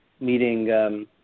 meeting